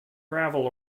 gravel